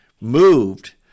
moved